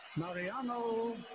Mariano